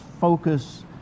focus